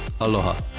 Aloha